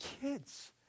kids